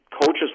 coaches